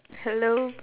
hello